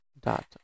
dot